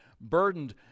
burdened